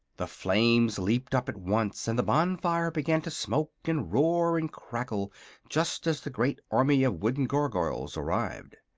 the flames leaped up at once and the bonfire began to smoke and roar and crackle just as the great army of wooden gargoyles arrived.